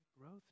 Growth